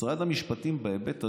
משרד המשפטים, בהיבט הזה,